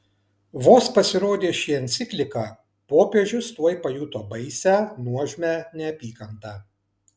vos pasirodė ši enciklika popiežius tuoj pajuto baisią nuožmią neapykantą